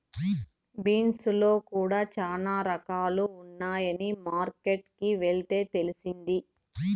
beans లో కూడా చానా రకాలు ఉన్నాయని మార్కెట్ కి వెళ్తే తెలిసింది